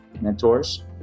mentors